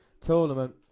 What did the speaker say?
tournament